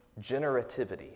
generativity